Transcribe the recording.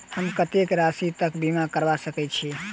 हम कत्तेक राशि तकक बीमा करबा सकै छी?